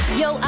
yo